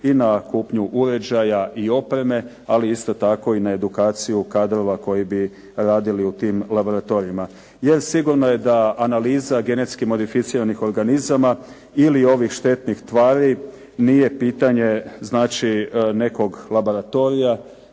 i na kupnju uređaja i opreme, ali isto tako i na edukaciju kadrova koji bi radili u tim laboratorijima. Jer sigurno je da analiza genetski modificiranih organizama ili ovih štetnih stvari nije pitanje nekog laboratorija